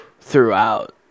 throughout